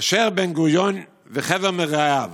כאשר בן-גוריון וחבר מרעיו